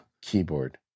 keyboard